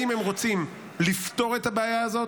אם הם רוצים לפתור את הבעיה הזאת,